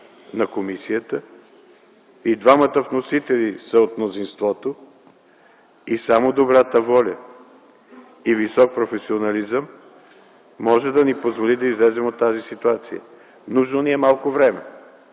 на комисията. Двамата вносители са от мнозинството. Само добрата воля и висок професионализъм могат да ни позволят да излезем от тази ситуация. Нужно ни е малко време.